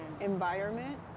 environment